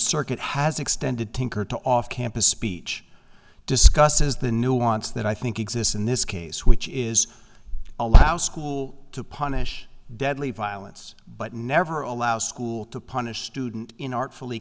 circuit has extended thinker to off campus speech discusses the nuance that i think exists in this case which is allow school to punish deadly violence but never allow school to punish student in artfully